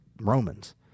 Romans